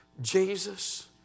Jesus